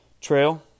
Trail